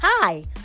Hi